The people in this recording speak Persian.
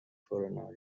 کرونا